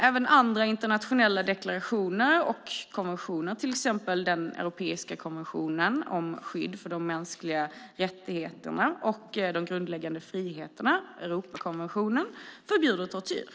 Även andra internationella deklarationer och konventioner, till exempel den europeiska konventionen om skydd för de mänskliga rättigheterna och de grundläggande friheterna, Europakonventionen, förbjuder tortyr.